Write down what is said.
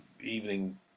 evening